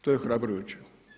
To je ohrabrujuće.